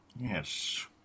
Yes